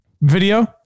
Video